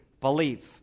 believe